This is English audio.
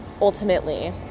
ultimately